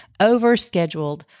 overscheduled